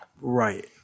right